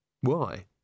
Why